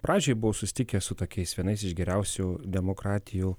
pradžiai buvo susitikęs su tokiais vienais iš geriausių demokratijų